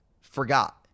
forgot